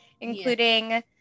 including